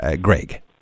Greg